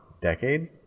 decade